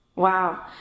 Wow